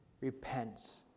repents